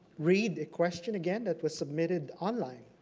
read the question again that was submitted online.